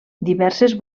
diverses